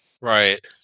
Right